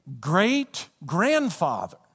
great-grandfather